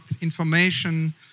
information